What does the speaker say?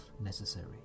necessary